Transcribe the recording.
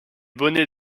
bonnets